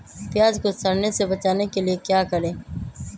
प्याज को सड़ने से बचाने के लिए क्या करें?